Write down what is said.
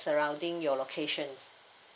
surrounding your locations